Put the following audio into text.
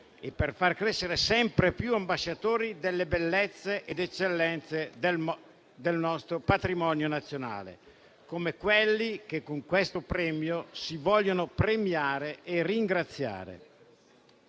e far crescere sempre più ambasciatori delle bellezze e delle eccellenze del nostro patrimonio nazionale, come quelli che con questo premio si vogliono premiare e ringraziare.